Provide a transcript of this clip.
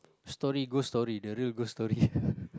story ghost story the real ghost story